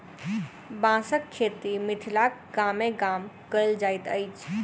बाँसक खेती मिथिलाक गामे गाम कयल जाइत अछि